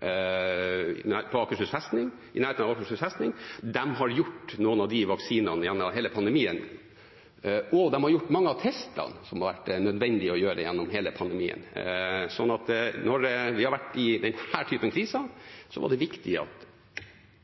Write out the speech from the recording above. i nærheten av Akershus festning. De har gitt noen av de vaksinene gjennom hele pandemien, og de har gjort mange av testene som har vært nødvendige å gjøre gjennom hele pandemien. Når vi har vært i denne typen krise, har det vært viktig at